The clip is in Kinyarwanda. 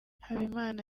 habimana